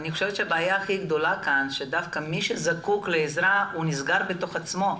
אני חושבת שהבעיה הכי גדולה כאן שדווקא מי שזקוק לעזרה נסגר בתוך עצמו,